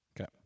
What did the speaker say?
Okay